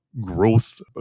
growth